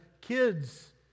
kids